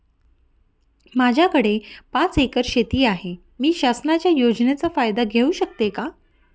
माझ्याकडे पाच एकर शेती आहे, मी शासनाच्या योजनेचा फायदा घेऊ शकते का?